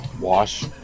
Wash